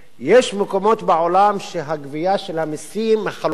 יש מקומות בעולם שהגבייה של המסים, החלוקה,